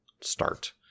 start